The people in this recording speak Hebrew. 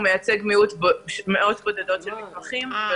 הוא מייצג מאות בודדות של מתמחים.